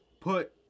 put